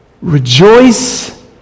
Rejoice